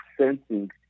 sensing